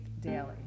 daily